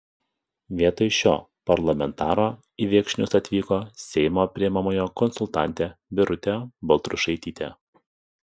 vietoj šio parlamentaro į viekšnius atvyko seimo priimamojo konsultantė birutė baltrušaitytė